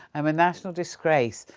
i'm a national disgrace,